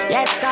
Yes